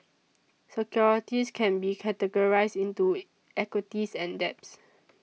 securities can be categorized into equities and debts